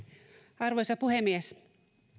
arvoisa puhemies